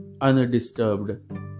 undisturbed